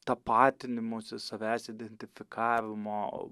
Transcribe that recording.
tapatinimosi savęs identifikavimo